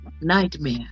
nightmare